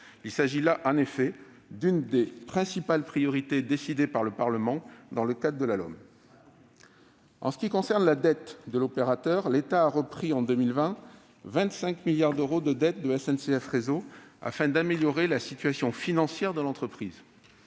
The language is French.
Il s'agit là de l'une des principales priorités décidées par le Parlement dans le cadre de la LOM. En ce qui concerne la dette de l'opérateur, l'État a repris, en 2020, 25 milliards d'euros de dette de SNCF Réseau, afin d'améliorer la situation financière de cette entreprise